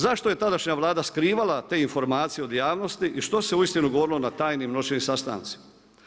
Zašto je tadašnja Vlada skrivala te informacije od javnosti i što se uistinu govorilo na tajnim noćnim sastancima.